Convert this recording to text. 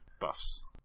buffs